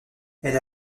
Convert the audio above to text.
elle